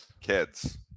kids